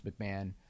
McMahon